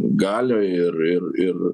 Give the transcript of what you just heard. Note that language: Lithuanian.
gali ir ir ir